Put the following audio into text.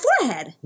forehead